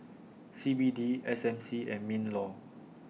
C B D S M C and MINLAW